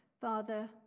Father